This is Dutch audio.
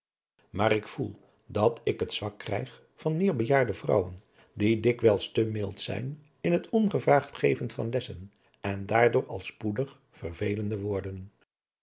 maar ik voel dat ik het zwak krijg van meer bejaarde vrouwen die dikwijls te mild zijn in het ongevraagd geven van lessen en daardoor al spoedig vervelende worden